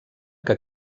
que